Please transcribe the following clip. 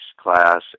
class